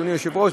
אדוני היושב-ראש,